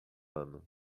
ano